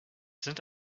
sind